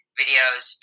videos